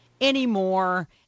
anymore